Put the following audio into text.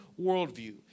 worldview